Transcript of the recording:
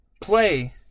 play